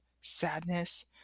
sadness